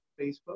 Facebook